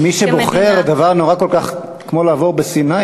מי שבוחר דבר נורא כל כך כמו לעבור בסיני,